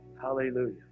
Hallelujah